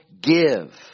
give